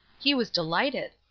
he was delighted.